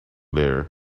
there